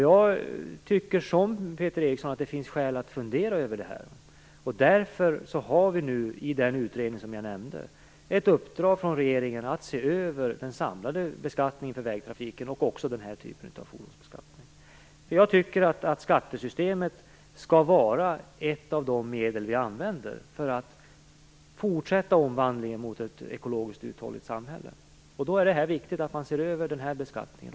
Jag tycker precis som Peter Eriksson att det finns skäl att fundera över det här, och därför har nu den utredning som jag nämnde fått i uppdrag av regeringen att se över den samlade beskattningen för vägtrafiken och också den här typen av fordonsbeskattning. Jag anser att skattesystemet skall vara ett av de medel vi använder för att fortsätta omvandlingen mot ett ekologiskt uthålligt samhälle, och då är det viktigt att man ser över också den här beskattningen.